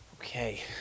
Okay